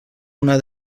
una